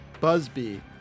Busby